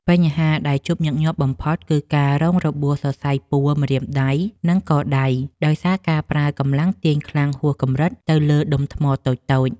បញ្ហាដែលជួបញឹកញាប់បំផុត គឺការរងរបួសសរសៃពួរម្រាមដៃ និងកដៃ ដោយសារការប្រើកម្លាំងទាញខ្លាំងហួសកម្រិតទៅលើដុំថ្មតូចៗ។